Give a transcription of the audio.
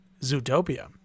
Zootopia